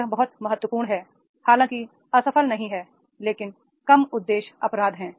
यह बहुत महत्वपूर्ण है हालांकि असफल नहीं है लेकिन कम उद्देश्य अपराध है